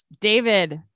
David